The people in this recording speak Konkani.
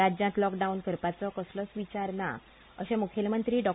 राज्यांत लॉकडावन करपाचो कसलोच विचार ना अशें मूखेलमंत्री डॉ